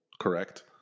correct